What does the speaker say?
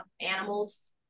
animals